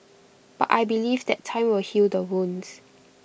but I believe that time will heal the wounds